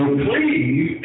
please